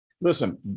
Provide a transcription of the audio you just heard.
Listen